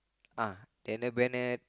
uh Daniel-Bennett